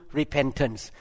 repentance